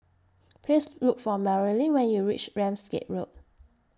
Please Look For Maryann when YOU REACH Ramsgate Road